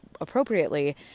appropriately